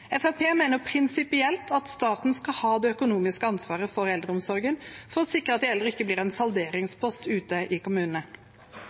mener prinsipielt at staten skal ha det økonomiske ansvaret for eldreomsorgen, for å sikre at de eldre ikke blir en